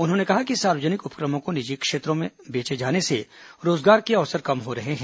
उन्होंने कहा कि सार्वजनिक उपक्रमों को निजी क्षेत्रों के हाथों बेचे जाने से रोजगार के अवसर कम हो रहे हैं